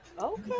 okay